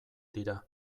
dira